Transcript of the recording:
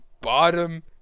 bottom